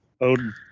Odin